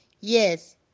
Yes